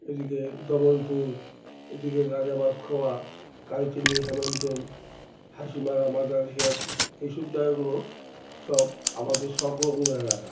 এদিকে দমনপুর এদিকে রাজাভাতখাওয়া কালচিনি হ্যমিলটন হাসিমারা মাদারিহাট এইসব জায়গাগুলো সব আমাদের সংলগ্ন এলাকা